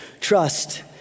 trust